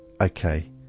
Okay